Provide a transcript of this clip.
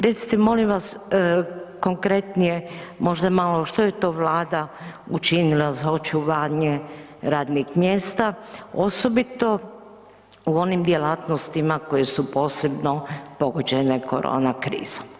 Recite molim vas konkretnije možda malo što je to Vlada učinila za očuvanje radnih mjesta osobito u onim djelatnostima koje su posebno pogođene korona krizom.